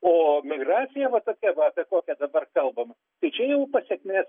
o migracija va tokia va apie kokią dabar kalbam tai čia jau pasekmės